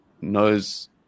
knows